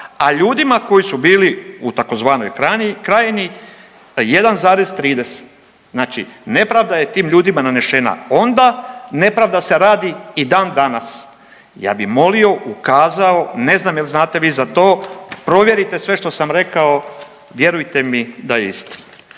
a ljudima koji su bili u tzv. Krajini 1,3, znači nepravda je tim ljudima nanešena. Onda, nepravda se radi i dandanas. Ja bih molio, ukazao, ne znam jel znate vi za to, provjerite sve što sam rekao, vjerujte mi da je istina.